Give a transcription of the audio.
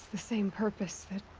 the same purpose that.